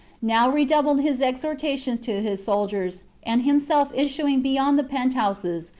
now redoubled his exhor tations to his soldiers, and himself issuing beyond the penthouses,